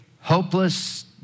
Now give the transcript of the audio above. hopeless